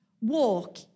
Walk